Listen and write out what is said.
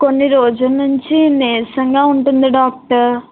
కొన్నిరోజులు నుంచి నీరసంగా ఉంటుంది డాక్టర్